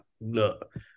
look